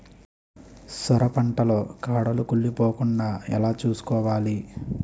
సొర పంట లో కాడలు కుళ్ళి పోకుండా ఎలా చూసుకోవాలి?